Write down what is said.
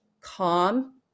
calm